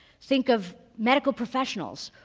think of medical professionals,